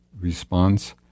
response